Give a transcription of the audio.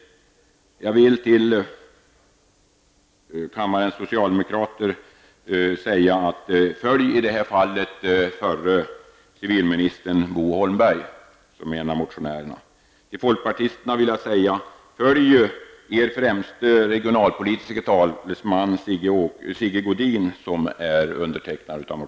Jag vill uppmana kammarens socialdemokrater att stödja förre civilministern Bo Holmberg som är en av motionärerna. Jag vill uppmana folkpartisterna att stödja sin främste regionalpolitiske talesman Sigge Godin, som också är en av undertecknarna.